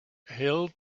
held